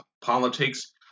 Politics